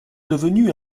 devenu